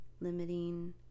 Limiting